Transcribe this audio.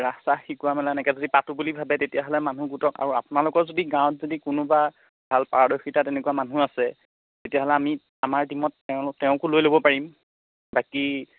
ৰাস চাস শিকোৱা মেলা এনেকৈ যদি পাতো বুলি ভাবে তেতিয়াহ'লে মানুহ গোটাওক আৰু আপোনালোক যদি গাঁৱত যদি কোনোবা ভাল পাৰদৰ্শিতা তেনেকুৱা মানুহ আছে তেতিয়াহ'লে আমি আমাৰ টিমত তেওঁকো লৈ ল'ব পাৰিম বাকী